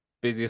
Busiest